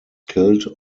killed